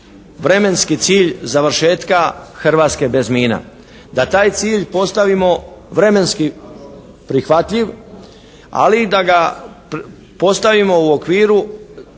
vremenski cilj završetka "Hrvatska bez mina". Da taj cilj postavimo vremenski prihvatljiv, ali i da ga postavimo u okviru